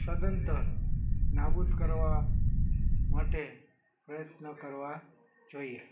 સદંતર નાબૂદ કરવા માટે પ્રયત્ન કરવા જોઈએ